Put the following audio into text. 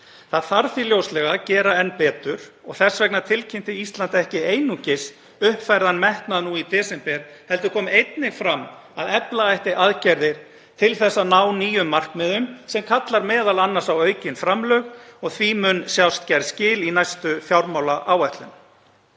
Það þarf því ljóslega að gera enn betur og þess vegna tilkynnti Ísland ekki einungis uppfærðan metnað nú í desember heldur kom einnig fram að efla ætti aðgerðir til að ná nýjum markmiðum sem kallar m.a. á aukin framlög. Í næstu fjármálaáætlun